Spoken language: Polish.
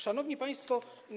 Szanowni Państwo!